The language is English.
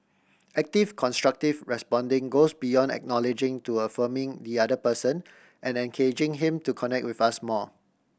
active constructive responding goes beyond acknowledging to affirming the other person and engaging him to connect with us more